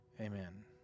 Amen